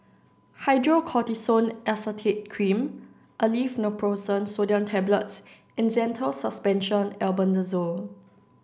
Hydrocortisone Acetate Cream Aleve Naproxen Sodium Tablets and Zental Suspension Albendazole